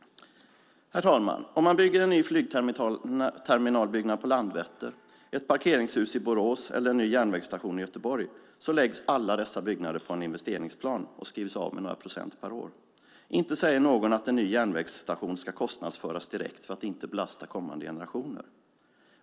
Herr talman! Om man bygger en ny flygterminalbyggnad på Landvetter, ett parkeringshus i Borås eller en ny järnvägsstation i Göteborg läggs alla dessa byggnader på en investeringsplan och skrivs av med några procent per år. Inte säger någon att en ny järnvägsstation ska kostnadsföras direkt för att inte belasta kommande generationer.